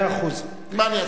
מה אני אעשה.